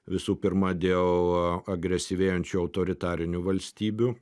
visų pirma dėl agresyvėjančių autoritarinių valstybių